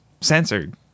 censored